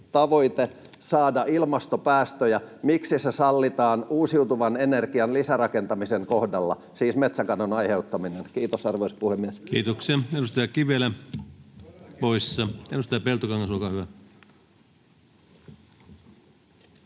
koputtaa] saada ilmastopäästöjä. Miksi se sallitaan uusiutuvan energian lisärakentamisen kohdalla, siis metsäkadon aiheuttaminen? — Kiitos, arvoisa puhemies. Kiitoksia. — Edustaja Kivelä poissa. — Edustaja Peltokangas, olkaa hyvä.